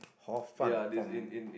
hor-fun from